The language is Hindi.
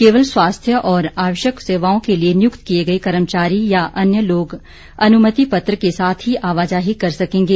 केवल स्वास्थ्य और आवश्यक सेवाओं के लिए नियुक्त किए गए कर्मचारी या अन्य लोग अनुमति पत्र के साथ ही आवाजाही कर सकेंगे